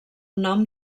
nom